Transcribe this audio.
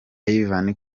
ivan